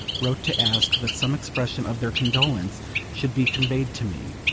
wrote to ask that some expression of their condolence should be conveyed to me.